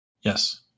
Yes